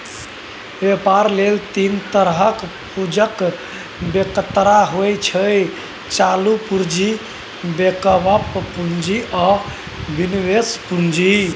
बेपार लेल तीन तरहक पुंजीक बेगरता होइ छै चालु पुंजी, बैकअप पुंजी आ निबेश पुंजी